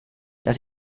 dass